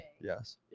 Yes